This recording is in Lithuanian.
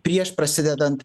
prieš prasidedant